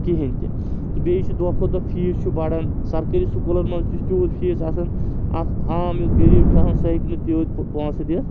کِہیٖنۍ تہِ تہٕ بیٚیہِ چھِ دۄہ کھۄتہٕ دۄہ فیٖس چھُ بڑان سرکٲری سکوٗلن منٛز تہِ چھُ تیوٗت فیٖس آسان اَکھ عام یُس غریٖب چھُ آسان سُہ ہیٚکہٕ نہٕ تیوٗت پۄنٛسہٕ دِتھ